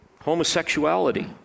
homosexuality